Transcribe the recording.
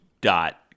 dot